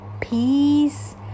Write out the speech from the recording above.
peace